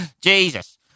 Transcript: Jesus